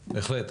בהחלט.